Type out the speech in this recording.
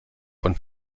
von